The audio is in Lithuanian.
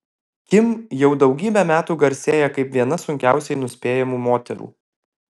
kim jau daugybę metų garsėja kaip viena sunkiausiai nuspėjamų moterų